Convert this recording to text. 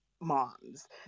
moms